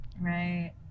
Right